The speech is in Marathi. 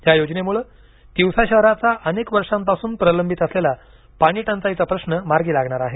या योजनेमुळे तिवसा शहराचा अनेक वर्षांपासून प्रलंबित असलेला पाणीटंचाईचा प्रश्न मार्गी लागणार आहे